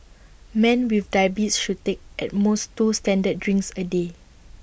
men with diabetes should take at most two standard drinks A day